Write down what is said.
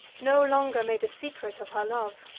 no longer made a secret of her love,